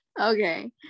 Okay